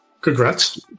Congrats